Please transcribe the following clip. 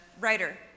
writer